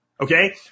Okay